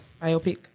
Biopic